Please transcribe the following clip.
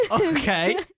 Okay